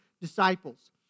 disciples